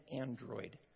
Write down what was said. android